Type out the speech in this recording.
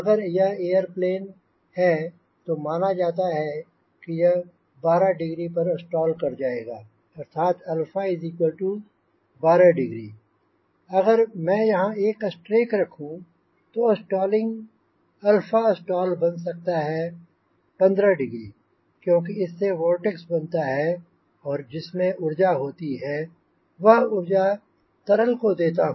अगर यह एयरप्लेन है तो माना जाता है कि यह 12 डिग्री पर स्टाल कर जाएगा अर्थात 12 डिग्री अगर मैं यहाँ एक स्ट्रेक रखूँ तो स्टालिंग stall बन सकता है 15 डिग्री क्योंकि इससे वोर्टेक्स बनता है जिसमें ऊर्जा होती है और वह ऊर्जा तरल को देता है